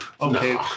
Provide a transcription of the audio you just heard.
okay